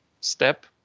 step